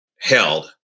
held